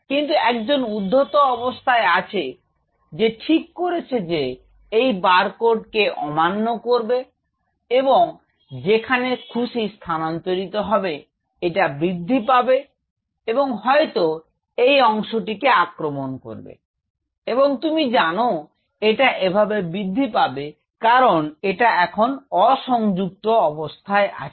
কিন্তু একজন উদ্ধত অবস্থায় আছে যে ঠিক করেছে যে এই বারকোডকে অমান্ন করবে এবং যেখানে খুশি স্থানান্তরিত হবে এটা বৃদ্ধি পাবে এবং হয়ত এই অংশতিকে আক্রমণ করব এবং তুমি জান এটা এভাবে বৃদ্ধি পাবে কারন এটা এখন অসংযুক্ত অবস্থায় আছে